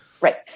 Right